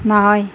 নহয়